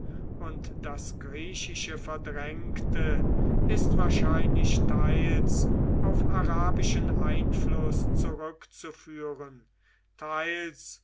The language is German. und das griechische verdrängte ist wahrscheinlich teils auf arabischen einfluß zurückzuführen teils